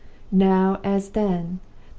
now, as then,